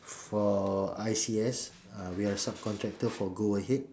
for I_C_S uh we're sub contractor for go ahead